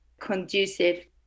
conducive